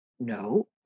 no